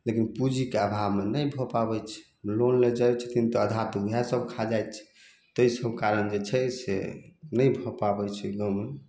लेकिन पूँजीके अभावमे नहि भऽ पाबय छै लोन लए जाइ छथिन तऽ अधा तऽ वएह सब खा जाइ छै तै सब कारण जे छै से नहि भऽ पाबय छै गाँवमे